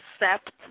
accept